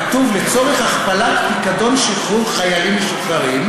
כתוב: לצורך הכפלת פיקדון שחרור חיילים משוחררים,